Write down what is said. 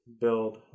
build